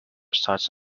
such